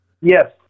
Yes